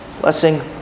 Blessing